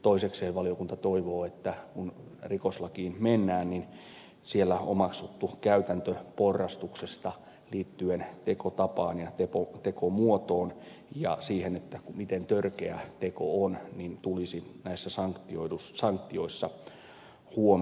toisekseen valiokunta toivoo että kun rikoslakiin mennään niin siellä omaksuttu käytäntö porrastuksesta liittyen tekotapaan ja tekomuotoon ja siihen miten törkeä teko on tulisi näissä sanktioissa huomioitua